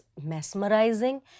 mesmerizing